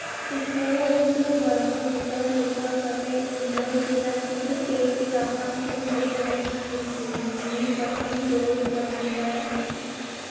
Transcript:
ওঠৰ বছৰ বয়সৰ গোটৰ লোকৰ বাবে ইন্দ'ৰ জিলাত কোনো পেইড টিকাকৰণ কেন্দ্ৰ উপলব্ধ নেকি যি প্ৰথম ড'জ প্ৰদান কৰে